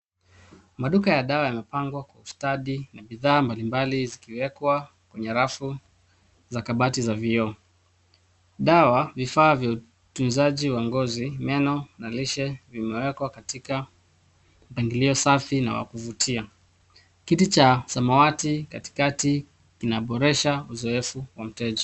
Maduka ya dawa yamepangwa kwa ustadi na bidhaa mbalimbali zikiwekwa kwenye rafu za kabati za vioo. Dawa, vifaa vya utunzaji wa ngozi, meno na lishe vimewekwa katika mpangilio safi na wa kuvutia. Kiti cha samawati katikati kinaboresha uzoefu wa mteja.